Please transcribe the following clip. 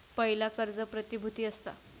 पयला कर्ज प्रतिभुती असता